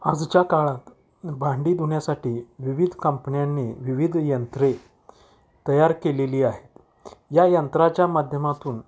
आजच्या काळात भांडी धुण्यासाठी विविध कांपन्यांनी विविध यंत्रे तयार केलेली आहेत या यंत्राच्या माध्यमातून